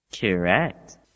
Correct